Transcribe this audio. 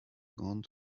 gone